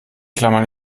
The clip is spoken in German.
klammern